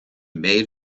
made